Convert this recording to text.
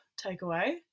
takeaway